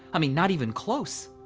i mean, not even close.